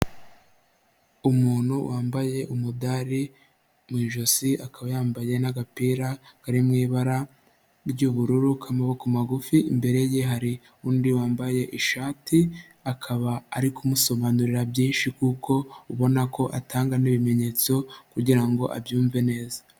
Umuntu wambaye umudari mu ijosi akaba yambaye n'agapira kari mu ibara ry'ubururu k'amaboko magufi, imbere ye hari undi wambaye ishati akaba ari kumusobanurira byinshi kuko ubona ko atanga n'ibimenyetso kugira ngo abyumve neza.